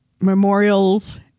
memorials